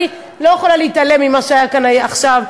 אני לא יכולה להתעלם ממה שהיה כאן עכשיו,